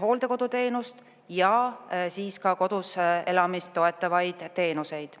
hooldekoduteenust ja ka kodus elamist toetavaid teenuseid.